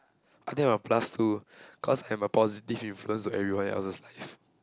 I think I will plus two cause have a positive influence to everyone else's life